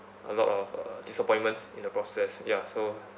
a lot of uh disappointments in the process ya so